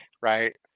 right